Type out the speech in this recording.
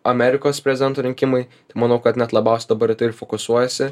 amerikos prezidento rinkimai manau kad net labiausiai dabar į tai ir fokusuojasi